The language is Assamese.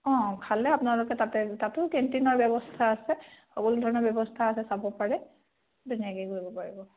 অঁ খালে আপোনালোকে তাতে তাতো কেণ্টিনৰ ব্যৱস্থা আছে সকলো ধৰণৰ ব্যৱস্থা আছে চাব পাৰে ধুনীয়াকৈ কৰিব পাৰিব